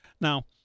Now